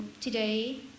today